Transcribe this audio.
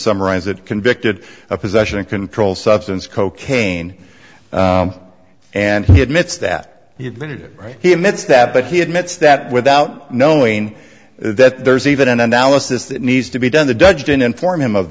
summarize it convicted of possession of controlled substance cocaine and he admits that he admitted he admits that but he admits that without knowing that there's even an analysis that needs to be done the judge didn't inform him of